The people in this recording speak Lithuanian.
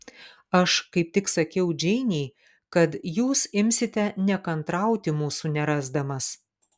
aš kaip tik sakiau džeinei kad jūs imsite nekantrauti mūsų nerasdamas